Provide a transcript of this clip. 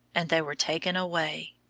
and they were taken away.